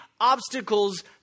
obstacles